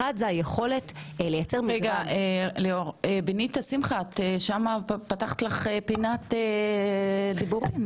באמת, שתי המלצות שהופיעו בדוח,